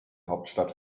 hauptstadt